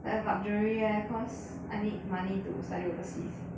like a luxury leh cause I need money to study overseas